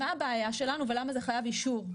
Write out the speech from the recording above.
מה הבעיה שלנו ולמה זה חייב אישור?